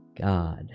God